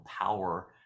power